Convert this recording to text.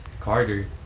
Carter